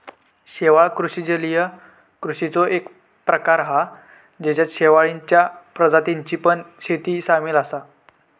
शेवाळ कृषि जलीय कृषिचो एक प्रकार हा जेच्यात शेवाळींच्या प्रजातींची पण शेती सामील असा